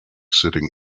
sitting